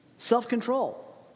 Self-control